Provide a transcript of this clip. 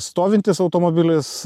stovintis automobilis